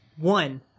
one